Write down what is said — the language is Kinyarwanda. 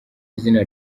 izina